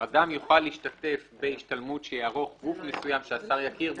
אדם יוכל להשתתף בהשתלמות שיערוך גוף מסוים שהשר יכיר בו,